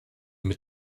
mit